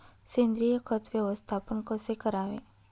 सेंद्रिय खत व्यवस्थापन कसे करावे?